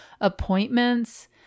appointments